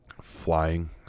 Flying